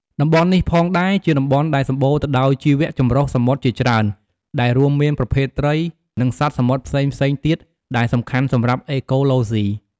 តំបន់នេះផងដែរ ជាតំបន់ដែលសំបូរទៅដោយជីវៈចម្រុះសមុទ្រជាច្រើន ដែលរួមមានប្រភេទត្រី និងសត្វសមុទ្រផ្សេងៗទៀតដែលសំខាន់សម្រាប់អេកូឡូសុី។